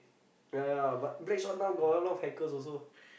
ya ya but Blackshot now got a lot of hackers also